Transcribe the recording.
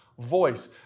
Voice